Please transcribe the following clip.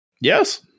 Yes